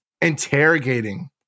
interrogating